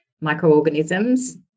microorganisms